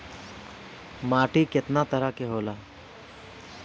माटी केतना तरह के होला?